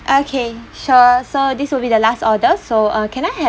okay sure so this will be the last order so uh can I have